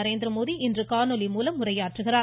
நரேந்திரமோடி இன்று காணொலி மூலம் உரையாற்றுகிறார்